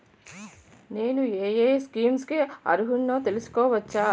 నేను యే యే స్కీమ్స్ కి అర్హుడినో తెలుసుకోవచ్చా?